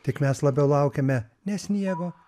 tik mes labiau laukiame ne sniego